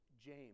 James